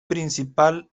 principal